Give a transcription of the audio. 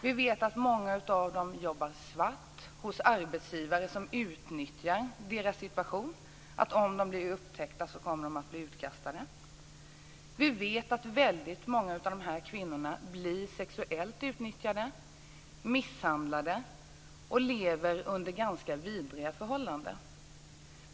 Vi vet att många av dem jobbar svart hos arbetsgivare som utnyttjar deras situation - om de blir upptäckta kommer de att bli utkastade. Vi vet att väldigt många av dessa kvinnor blir sexuellt utnyttjade, misshandlade och lever under ganska vidriga förhållanden.